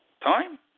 time